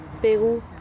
Peru